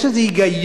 יש איזה היגיון,